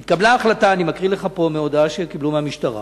אני קורא לך פה מהודעה שקיבלו מהמשטרה: